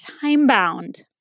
time-bound